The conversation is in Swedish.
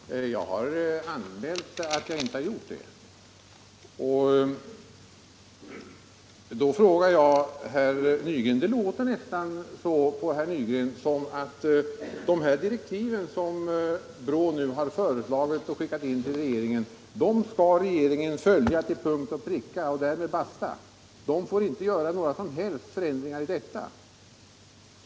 Fru talman! Jag har anmält att jag inte har ändrat ståndpunkt. På herr Nygren låter det nästan som om regeringen till punkt och pricka — och därmed basta! — skulle behöva följa de direktiv som BRÅ nu har föreslagit och skickat in till regeringen. Regeringen skulle inte få göra några som helst ändringar i dessa.